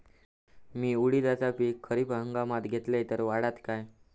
मी उडीदाचा पीक खरीप हंगामात घेतलय तर वाढात काय?